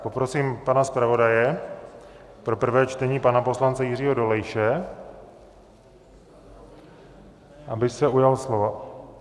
Poprosím pana zpravodaje pro prvé čtení, pana poslance Jiřího Dolejše, aby se ujal slova.